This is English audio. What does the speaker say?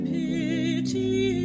pity